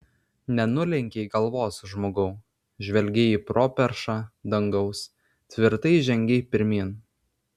nenulenkei galvos žmogau žvelgei į properšą dangaus tvirtai žengei pirmyn